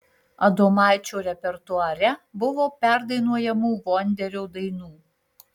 adomaičio repertuare buvo perdainuojamų vonderio dainų